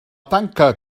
tanca